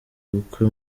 ubukwe